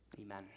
Amen